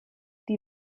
die